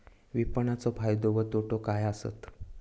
विपणाचो फायदो व तोटो काय आसत?